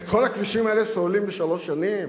את כל הכבישים האלה סוללים בשלוש שנים?